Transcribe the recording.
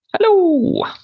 Hello